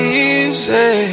easy